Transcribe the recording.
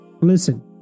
listen